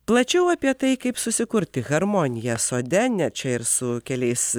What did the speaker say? plačiau apie tai kaip susikurti harmoniją sode net čia ir su keliais